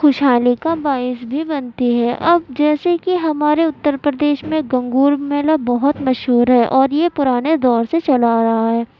خوش حالی کا باعث بھی بنتی ہے اور جیسے کہ ہمارے اتر پردیش میں گنگور میلا بہت مشہور ہے اور یہ پرانے دور سے چلا آ رہا ہے